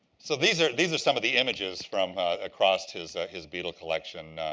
so these are these are some of the images from across his his beetle collection.